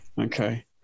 Okay